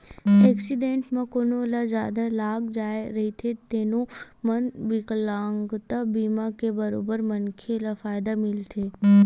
accident म कोनो ल जादा लाग जाए रहिथे तेनो म बिकलांगता बीमा के बरोबर मनखे ल फायदा मिलथे